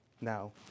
now